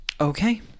Okay